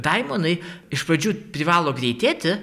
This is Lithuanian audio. daimonai iš pradžių privalo greitėti